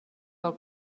del